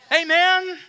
Amen